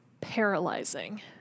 paralyzing